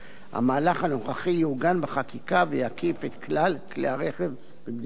המהלך הנוכחי יעוגן בחקיקה ויקיף את כלל כלי הרכב במדינת ישראל.